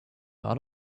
all